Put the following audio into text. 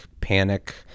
panic